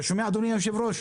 אתה שומע, אדוני היושב-ראש?